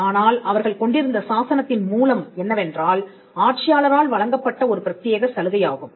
ஆனால் அவர்கள் கொண்டிருந்த சாசனத்தின் மூலம் என்னவென்றால் ஆட்சியாளரால் வழங்கப்பட்ட ஒரு பிரத்தியேக சலுகை ஆகும்